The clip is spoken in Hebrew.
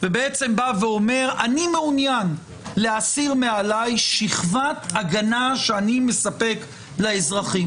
ובעצם בא ואומר: אני מעוניין להסיר מעלי שכבת הגנה שאני מספק לאזרחים.